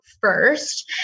first